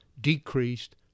decreased